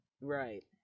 right